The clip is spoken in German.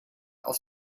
aus